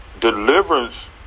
deliverance